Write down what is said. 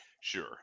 Sure